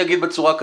לא.